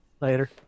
Later